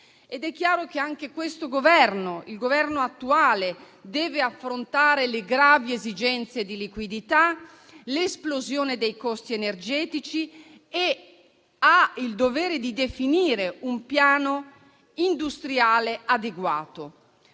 È chiaro che anche il Governo attuale deve affrontare le gravi esigenze di liquidità e l'esplosione dei costi energetici e ha il dovere di definire un piano industriale adeguato.